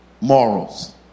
morals